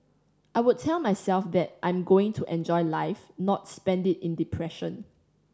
I would tell myself that I'm going to enjoy life not spend it in depression